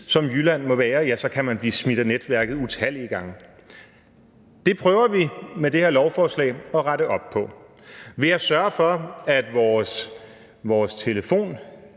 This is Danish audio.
som Jylland må være, ja, så kan man blive smidt af netværket utallige gange. Det prøver vi med det her lovforslag at rette op på ved at sørge for, at vores